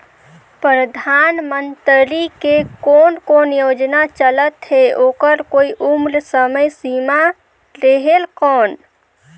परधानमंतरी के कोन कोन योजना चलत हे ओकर कोई उम्र समय सीमा रेहेल कौन?